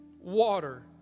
water